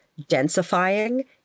densifying